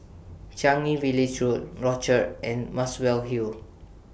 Changi Village Road Rochor and Muswell Hill